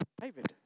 David